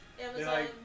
Amazon